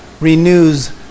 renews